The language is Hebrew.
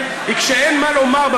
למה לך להיכנס,